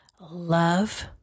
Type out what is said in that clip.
Love